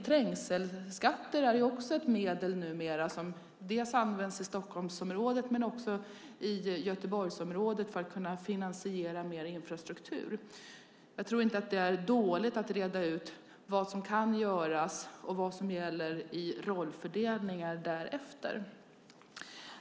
Trängselskatter är numera också något som används dels i Stockholmsområdet, dels i Göteborgsområdet för att kunna finansiera mer infrastruktur. Jag tror inte att det är dåligt att reda ut vad som kan göras och vilka rollfördelningar som gäller därefter.